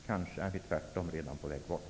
Kanske är vi tvärtom redan på väg bort.